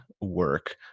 work